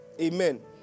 Amen